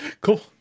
cool